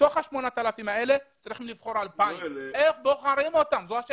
מתוך ה-8,000 האלה צריכים לבחור 2,000. השאלה איך בוחרים אותם.